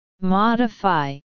modify